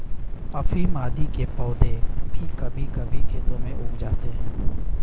अफीम आदि के पौधे भी कभी कभी खेतों में उग जाते हैं